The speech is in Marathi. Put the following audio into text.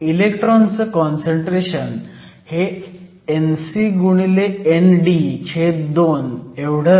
इलेक्ट्रॉनचं काँसंट्रेशन हे Nc ND2 आहे